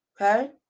Okay